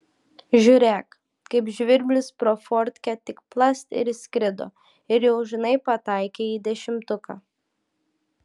žiūrėk kaip žvirblis pro fortkę tik plast ir įskrido ir jau žinai pataikei į dešimtuką